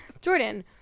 Jordan